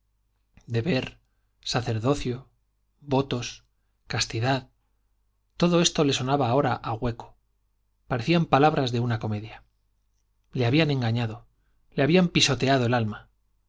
grave deber sacerdocio votos castidad todo esto le sonaba ahora a hueco parecían palabras de una comedia le habían engañado le habían pisoteado el alma